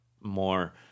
more